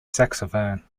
saxophone